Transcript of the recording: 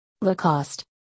Lacoste